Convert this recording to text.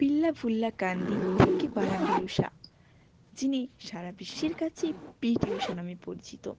Pilavullakandi Thekkeparambil Usha যিনি সারা বিশ্বের কাছেই পি টি উষা নামে পরিচিত